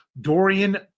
Dorian